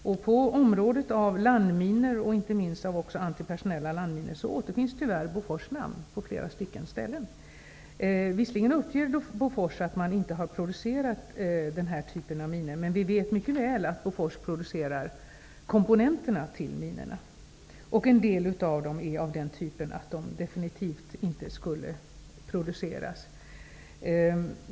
På området landminor och inte minst antipersonella landminor återfinns tyvärr Bofors namn på flera ställen. Visserligen uppger man vid Bofors att man inte har producerat den här typen av minor, men vi vet mycket väl att Bofors producerar komponenterna till minorna. En del av dem är av den typen att de definitivt inte borde produceras.